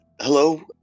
hello